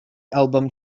album